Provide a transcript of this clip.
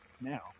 now